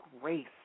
grace